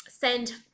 send